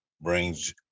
brings